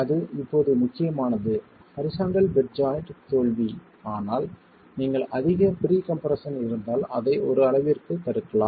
அது இப்போது முக்கியமானது ஹரிசாண்டல் பெட் ஜாய்ண்ட் தோல்வி ஆனால் நீங்கள் அதிக ப்ரீகம்ப்ரஷன் இருந்தால் அதை ஒரு அளவிற்கு தடுக்கலாம்